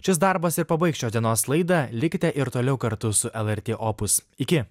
šis darbas ir pabaigs šios dienos laidą likite ir toliau kartu su lrt opus iki